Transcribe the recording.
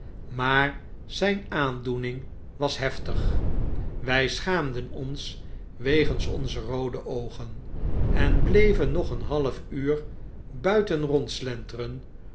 maar zyn aandoening was heftig wjj schaamden ons wegens onze roode oogen en bleven nog een half uurbuiten rondslenteren